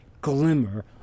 glimmer